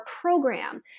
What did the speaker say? program